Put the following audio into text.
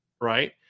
Right